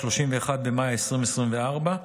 31 במאי 2024,